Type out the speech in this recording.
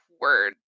word